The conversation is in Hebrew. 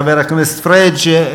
חבר הכנסת פריג'.